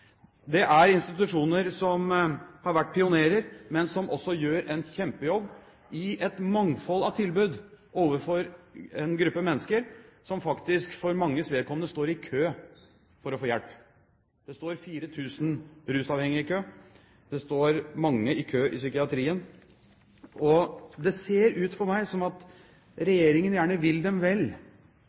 Det er institusjoner som har vært pionerer, men som også gjør en kjempejobb i et mangfold av tilbud overfor en gruppe mennesker som – for manges vedkommende – står i kø for å få hjelp. Det står 4 000 rusavhengige i kø, det står mange i kø i psykiatrien. Det ser for meg ut som regjeringen gjerne vil dem vel,